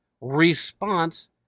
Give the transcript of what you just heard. response